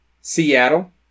Seattle